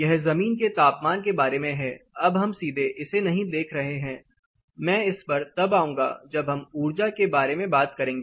यह जमीन के तापमान के बारे में है अब हम सीधे इसे नहीं देख रहे हैं मैं इस पर तब आऊंगा जब हम ऊर्जा के बारे में बात करेंगे